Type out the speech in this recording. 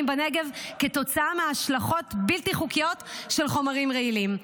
בנגב כתוצאה מהשלכות בלתי חוקיות של חומרים רעילים.